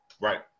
Right